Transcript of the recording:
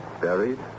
buried